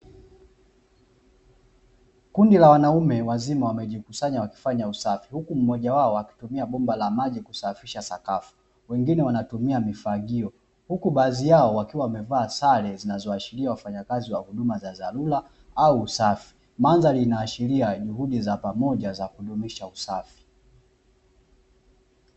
Kundi la wanaume wazima wamejikusanya wakifanya usafi, huku mmoja akitumia bomba la maji kusafisha sakafu mwingine anatumia mifagio, huku baadhi yao wakiwa wamevaa sare zinazoashiria wafanyakazi wa huduma za dharura au usafi mandhari inaashiria huduma za pamoja za kudumisha usafi.